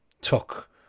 took